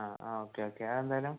ആ ആ okay okay അതെന്തായാലും